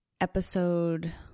episode